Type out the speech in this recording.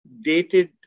dated